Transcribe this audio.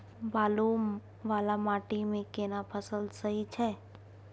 बालू वाला माटी मे केना फसल सही छै?